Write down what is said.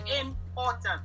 important